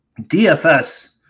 DFS